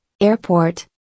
Airport